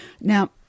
Now